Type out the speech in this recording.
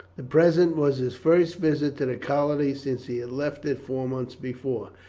the present was his first visit to the colony since he had left it four months before.